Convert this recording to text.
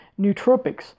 nootropics